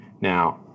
Now